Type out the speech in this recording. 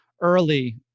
early